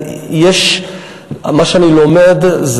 מה שאני לומד,